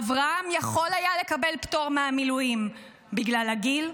אברהם יכול היה לקבל פטור מהמילואים בגלל הגיל,